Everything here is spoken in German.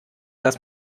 dass